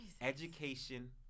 Education